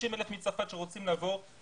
50,000 מצרפת שרוצים לבוא.